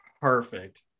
Perfect